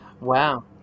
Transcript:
Wow